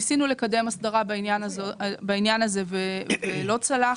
ניסינו לקדם הסדרה בעניין הזה ולא צלח.